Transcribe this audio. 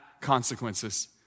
consequences